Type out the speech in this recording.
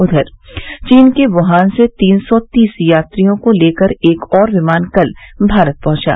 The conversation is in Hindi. उधर चीन के वुहान से तीन सौ तीस यात्रियों को लेकर एक और विमान कल भारत पहुंचा